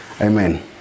Amen